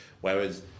Whereas